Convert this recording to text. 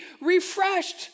refreshed